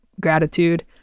gratitude